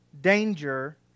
danger